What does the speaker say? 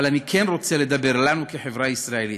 אבל אני כן רוצה לדבר אלינו, כחברה הישראלית: